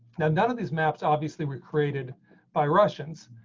none of these maps obviously recreated by russians,